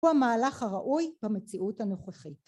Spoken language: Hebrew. ‫הוא המהלך הראוי במציאות הנוכחית.